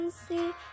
see